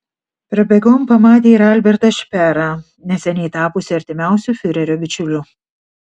prabėgom pamatė ir albertą šperą neseniai tapusį artimiausiu fiurerio bičiuliu